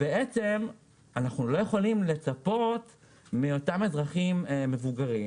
אנחנו לא יכולים לצפות מאותם אזרחים מבוגרים